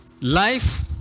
life